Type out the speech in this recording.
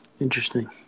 Interesting